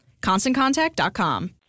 ConstantContact.com